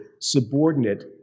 subordinate